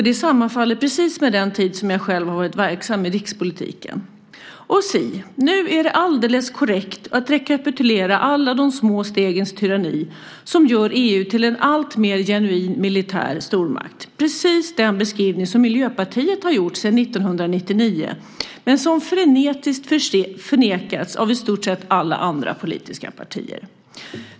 Det sammanfaller precis med den tid som jag själv har varit verksam i rikspolitiken. Nu är det alldeles korrekt att rekapitulera alla de små stegens tyranni som gör EU till en alltmer genuin militär stormakt, precis den beskrivning som Miljöpartiet har gjort sedan 1999 men som frenetiskt förnekats av i stort sett alla andra politiska partier.